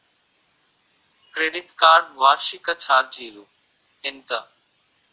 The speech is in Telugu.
క్రెడిట్ కార్డ్ వార్షిక ఛార్జీలు ఎంత?